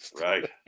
Right